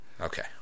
Okay